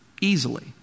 Easily